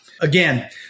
again